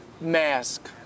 mask